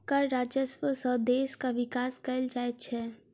कर राजस्व सॅ देशक विकास कयल जाइत छै